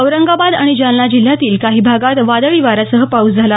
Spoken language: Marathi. औरंगाबाद आणि जालना जिल्ह्यांतील काही भागांत वादळी वाऱ्यासह पाऊस झाला